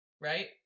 Right